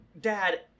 dad